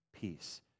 peace